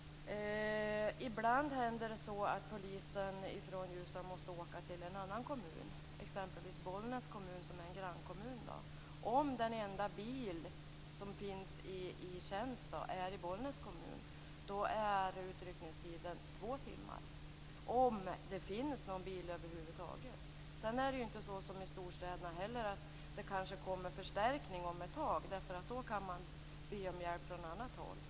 Ibland händer det att polisen från Ljusdal måste åka till en annan kommun, exempelvis grannkommunen Bollnäs. Om den enda bil som är i tjänst är i om det finns någon bil över huvud taget. Dessutom är det inte som i storstäderna, att det kanske kommer förstärkning om ett tag. Där kan man be om hjälp från annat håll.